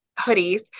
hoodies